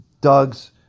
Doug's